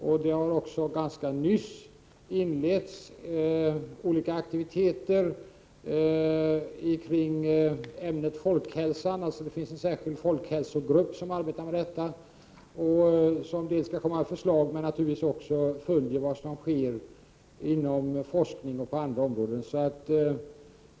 Och det har alldeles nyss inletts olika aktiviteter kring ämnet folkhälsan. Det finns en särskild folkhälsogrupp som arbetar med detta. Gruppen skall komma med förslag, men följer naturligtvis också vad som sker inom forskning och på andra områden.